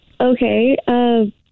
Okay